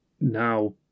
now